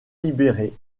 libéré